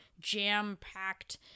jam-packed